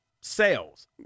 sales